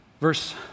Verse